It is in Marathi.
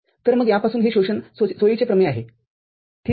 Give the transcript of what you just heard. तर मग यापासून हे शोषणसोयीचे प्रमेय आहे ठीक आहे